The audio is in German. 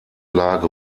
lage